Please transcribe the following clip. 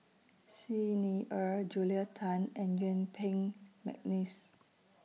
Xi Ni Er Julia Tan and Yuen Peng Mcneice